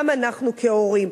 גם אנחנו כהורים.